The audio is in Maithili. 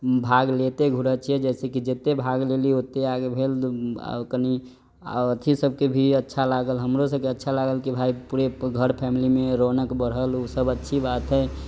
भाग लेते घुरए छियै जैसेकी जत्ते भाग लेली ओत्ते आगे भेल आ कनी आ अथी सबके भी अच्छा लागल हमरोसबके अच्छा लागल की भाइ पुरे घर फैमिली मे रौनक बढ़ल ऊसब अच्छी बात है